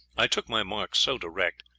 i took my mark so direct,